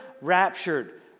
raptured